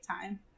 time